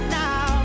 now